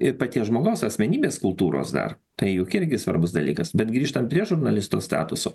ir paties žmogaus asmenybės kultūros dar tai juk irgi svarbus dalykas bet grįžtant prie žurnalisto statuso